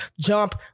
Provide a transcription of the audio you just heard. jump